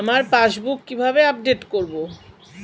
আমার পাসবুক কিভাবে আপডেট করবো?